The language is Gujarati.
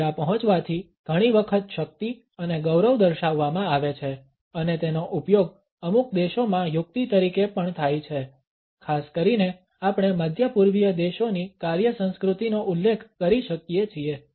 મોડા પહોંચવાથી ઘણી વખત શક્તિ અને ગૌરવ દર્શાવવામાં આવે છે અને તેનો ઉપયોગ અમુક દેશોમાં યુક્તિ તરીકે પણ થાય છે ખાસ કરીને આપણે મધ્ય પૂર્વીય દેશોની કાર્ય સંસ્કૃતિનો ઉલ્લેખ કરી શકીએ છીએ